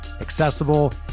accessible